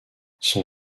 son